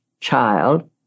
child